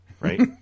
right